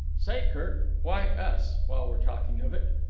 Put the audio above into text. say, kirk, why us, while we're talking of it?